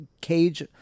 cage